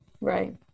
Right